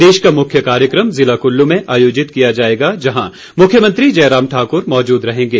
प्रदेश का मुख्य कार्यक्रम जिला कुल्लू में आयोजित किया जाएगा जहां मुख्यमंत्री जयराम ठाकुर मौजूद रहेंगे